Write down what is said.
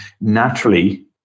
naturally